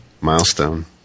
milestone